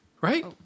right